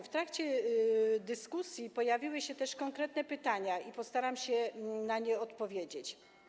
W trakcie dyskusji pojawiły się też konkretne pytania i postaram się na nie odpowiedzieć.